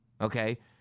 okay